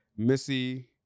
missy